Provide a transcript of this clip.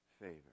favor